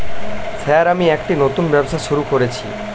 Sir আমি একটি নতুন ব্যবসা শুরু করেছি?